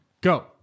go